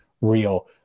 real